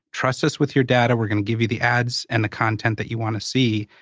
trust us with your data. we're gonna give you the ads and the content that you wanna see,